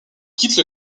quitte